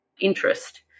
interest